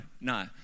no